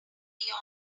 beyond